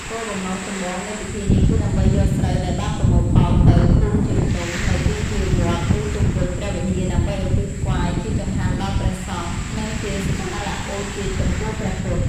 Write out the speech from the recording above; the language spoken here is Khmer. គោលបំណងចម្បងនៃពិធីនេះគឺដើម្បីយកស្រូវដែលបានប្រមូលផលទៅ ពូនជាភ្នំ នៅទីធ្លាវត្ត ឬជុំវិញព្រះវិហារដើម្បីឧទ្ទិសថ្វាយជាចង្ហាន់ដល់ព្រះសង្ឃ និងជាសក្ការបូជាចំពោះព្រះពុទ្ធ។